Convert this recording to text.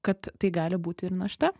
kad tai gali būti ir našta